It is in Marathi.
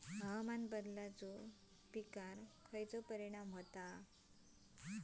हवामान बदलाचो पिकावर खयचो परिणाम होता?